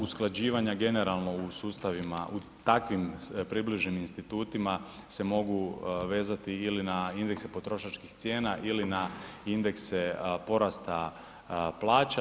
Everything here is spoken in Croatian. Usklađivanje generalno u sustavima u takvim približenim institutima se mogu vezati ili na indekse potrošačkih cijena ili na indekse porasta plaća.